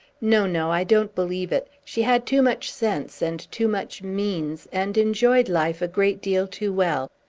no, no i don't believe it. she had too much sense, and too much means, and enjoyed life a great deal too well.